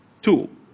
Two